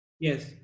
Yes